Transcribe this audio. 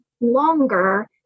longer